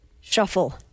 Shuffle